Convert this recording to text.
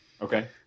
Okay